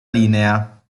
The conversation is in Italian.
linea